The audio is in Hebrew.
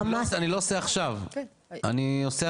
לא, אני לא עושה עכשיו, אני עושה